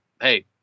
Hey